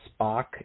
Spock